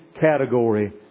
category